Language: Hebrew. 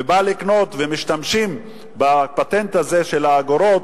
ובא לקנות, ומשתמשים בפטנט הזה, של האגורות,